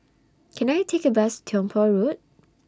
Can I Take A Bus Tiong Poh Road